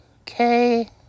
okay